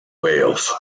wales